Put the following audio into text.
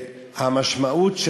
המשמעות,